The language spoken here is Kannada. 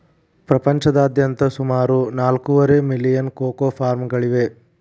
ಪ್ರಪಂಚದಾದ್ಯಂತ ಸುಮಾರು ನಾಲ್ಕೂವರೆ ಮಿಲಿಯನ್ ಕೋಕೋ ಫಾರ್ಮ್ಗಳಿವೆ